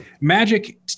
magic